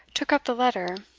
took up the letter.